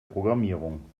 programmierung